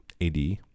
AD